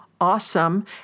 awesome